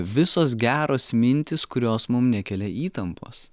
visos geros mintys kurios mum nekelia įtampos